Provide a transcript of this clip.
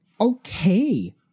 okay